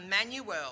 Emmanuel